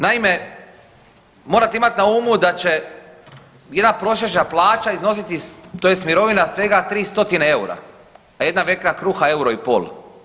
Naime, morate imati na umu da će jedna prosječna plaća iznositi tj. mirovina svega 300 EUR-a, a jedna vekna kruha euro i pol.